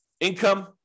Income